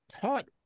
taught